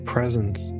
Presence